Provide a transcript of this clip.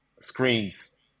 screens